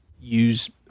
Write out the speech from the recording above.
use